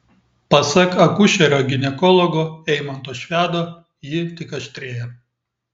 pasak akušerio ginekologo eimanto švedo ji tik aštrėja